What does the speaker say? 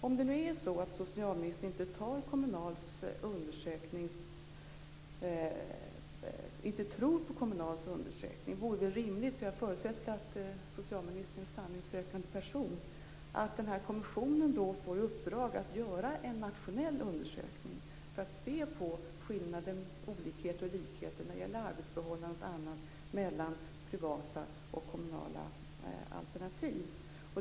Om det nu är så att socialministern inte tror på Kommunals undersökning vore det rimligt, eftersom jag förutsätter att socialministern är en sanningssökande person, att den här kommissionen får i uppdrag att göra en nationell undersökning för att se på skillnader, olikheter och likheter när det gäller arbetsförhållanden och annat mellan privata och kommunala alternativ.